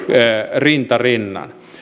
rinta rinnan